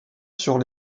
sur